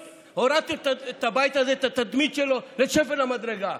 הורדתם את הבית הזה, את התדמית שלו, לשפל המדרגה.